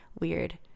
weird